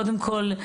קודם כל,